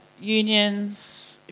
unions